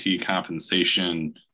compensation